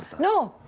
no.